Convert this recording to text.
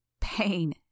pain